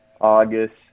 August